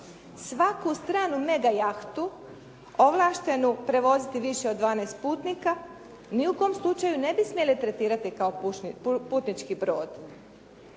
svaku stranu mega jahtu, ovlaštenu prevoziti više od 12 putnika, ni u kom slučaju ne bi smjeli tretirati kao putnički brod.